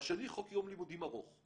והשני חוק יום לימודים ארוך.